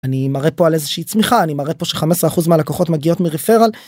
אני מראה פה על איזושהי צמיחה אני מראה פה ש-15 אחוז מהלקוחות מגיעות מ-Referral